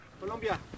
Colombia